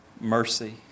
Mercy